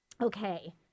Okay